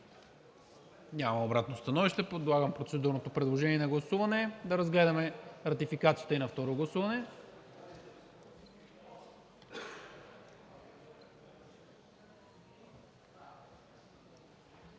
Няма обратно становище. Подлагам процедурното предложение на гласуване – да разгледаме ратификацията и на второ гласуване.